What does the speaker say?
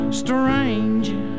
strange